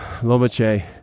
Lomache